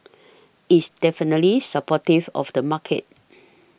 it's definitely supportive of the market